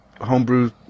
homebrew